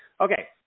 Okay